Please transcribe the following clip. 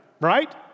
right